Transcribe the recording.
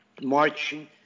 marching